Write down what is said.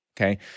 Okay